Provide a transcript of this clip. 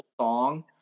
song